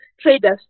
traders